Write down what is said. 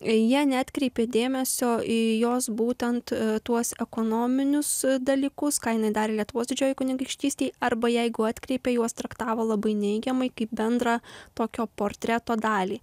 jie neatkreipė dėmesio į jos būtent tuos ekonominius dalykus ką jinai darė lietuvos didžiojoj kunigaikštystėj arba jeigu atkreipė juos traktavo labai neigiamai kaip bendrą tokio portreto dalį